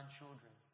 children